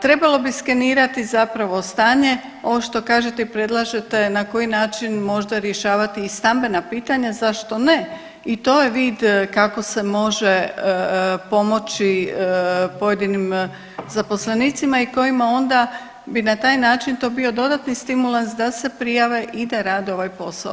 Trebalo bi skenirati zapravo stanje, ovo što kažete i predlažete na koji način možda rješavati i stambena pitanja, zašto ne i to je vid kako se može pomoći pojedinim zaposlenicima i kojima onda bi na taj način to bio dodatni stimulans da se prijave i da rade ovaj posao.